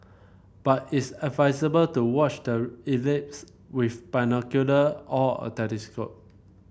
but it's advisable to watch the with binocular or a telescope